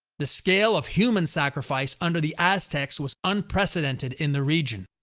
the scale of human sacrifice under the aztecs was unprecedented in the region.